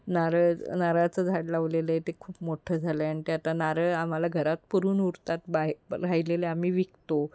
नारळ नारळाचं झाड लावलेलं आहे ते खूप मोठं झालं आहे आणि ते आता नारळ आम्हाला घरात पुरून उरतात बाहे राहिलेले आम्ही विकतो